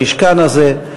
במשכן הזה,